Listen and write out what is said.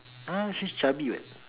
!huh! she's chubby [what]